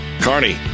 carney